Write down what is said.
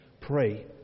pray